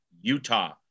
Utah